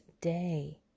day